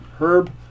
Herb